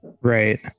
Right